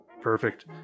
Perfect